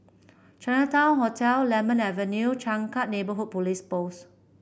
Chinatown Hotel Lemon Avenue Changkat Neighbourhood Police Post